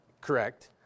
Correct